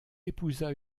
épousa